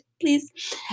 please